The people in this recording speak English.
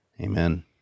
Amen